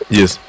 Yes